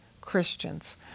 Christians